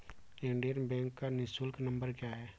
Indian Bank का निःशुल्क number क्या है?